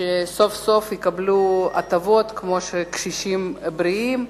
שסוף-סוף יקבלו הטבות כמו קשישים בריאים.